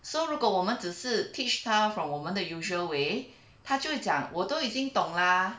so 如果我们只是 teach 他 from 我们的 usual way 他就会讲我都已经懂了